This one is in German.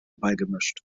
beigemischt